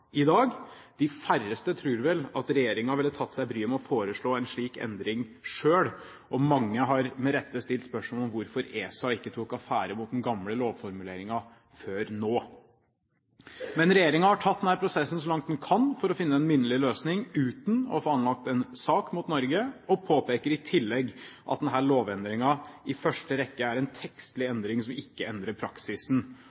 i dag. De færreste tror vel at regjeringen ville tatt seg bryet med å foreslå en slik endring selv, og mange har – med rette – stilt spørsmål om hvorfor ESA ikke tok affære mot den gamle lovformuleringen før nå. Men regjeringen har tatt denne prosessen så langt den kan for å finne en minnelig løsning uten å få anlagt sak mot Norge, og regjeringen påpeker i tillegg at denne lovendringen i første rekke er en tekstlig